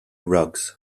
rugs